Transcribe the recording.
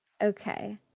Okay